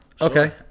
Okay